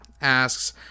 asks